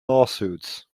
lawsuits